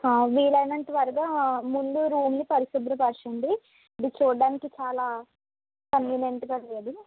వీలైనంత త్వరగా ముందు రూమ్ ని పరిశుభ్రపరుచండి ఇదీ చూడ్డానికి చాలా కన్వినెంట్ గా లేదు